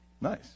Nice